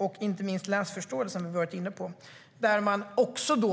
Det gäller även läsförståelse, som vi har varit inne på. OECD